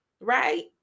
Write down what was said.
right